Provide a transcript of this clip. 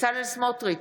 בצלאל סמוטריץ'